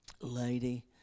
lady